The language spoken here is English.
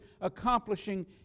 accomplishing